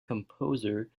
composer